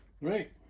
right